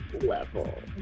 level